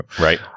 right